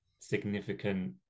significant